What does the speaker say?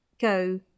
go